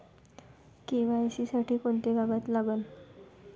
KYC साठी कोंते कागद लागन?